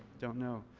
don't know.